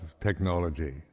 technology